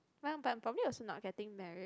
ya but I'm probably also not getting married